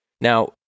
Now